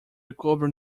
recover